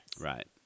Right